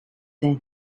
then